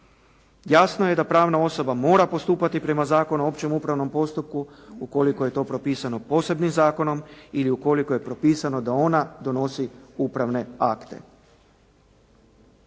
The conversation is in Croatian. Jasno je da pravna osoba mora postupati prema Zakonu o općem upravnom postupku ukoliko je to propisano posebnim zakonom ili ukoliko je propisano da ona donosi upravne akte.